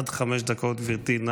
עד חמש דקות, גברתי.